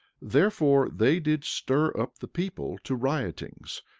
therefore, they did stir up the people to riotings,